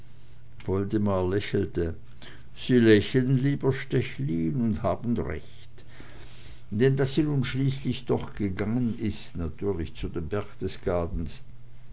woldemar lächelte sie lächeln lieber stechlin und haben recht denn daß sie nun schließlich doch gegangen ist natürlich zu den berchtesgadens